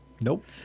Nope